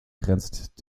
grenzt